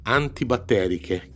antibatteriche